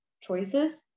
choices